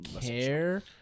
care